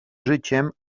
życiem